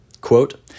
Quote